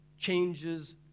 Changes